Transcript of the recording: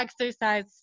exercise